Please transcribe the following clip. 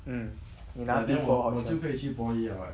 mm 你拿 B four 好像